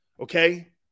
Okay